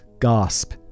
gasp